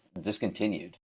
discontinued